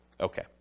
Okay